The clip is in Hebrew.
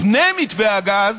לפני מתווה הגז,